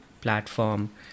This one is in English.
platform